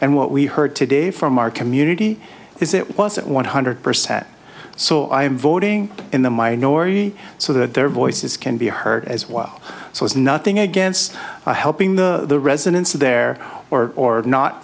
and what we heard today from our community is it wasn't one hundred percent so i am voting in the minority so that their voices can be heard as well so it's nothing against helping the residents there or or not